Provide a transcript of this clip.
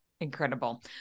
incredible